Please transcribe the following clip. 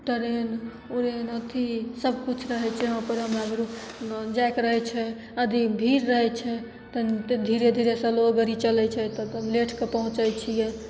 train उरेन अथी सबकिछु रहै छै यहाँपर हमरा जाइके रहै छै अथी भीड़ रहै छै तऽ धीरे धीरे स्लो गाड़ी चलै छै तऽ लेटके पहुँचै छिए